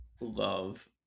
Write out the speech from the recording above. love